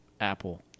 apple